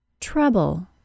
Trouble